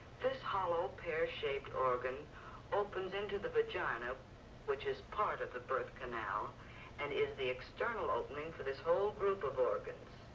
this hollow pear shaped organ opens into the vagina which is part of the birth canal and is the external opening for this whole group of organs.